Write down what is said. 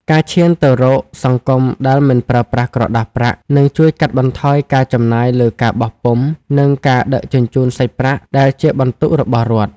ការឈានទៅរកសង្គមដែលមិនប្រើប្រាស់ក្រដាសប្រាក់នឹងជួយកាត់បន្ថយការចំណាយលើការបោះពុម្ព និងការដឹកជញ្ជូនសាច់ប្រាក់ដែលជាបន្ទុករបស់រដ្ឋ។